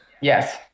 Yes